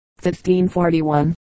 1541